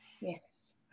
Yes